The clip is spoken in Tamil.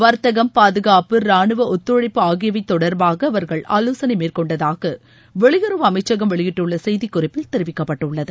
வர்த்தகம் பாதுகாப்பு ரானுவ ஒத்துழைப்பு ஆகியவை தொடர்பாக அவர்கள் ஆலோசனை மேற்கொண்டதாக வெளியுறவு அமைச்சகம் வெளியிட்டுள்ள செய்திகுறிப்பில் தெரிவிக்கப்பட்டுள்ளது